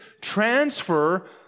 transfer